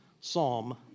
Psalm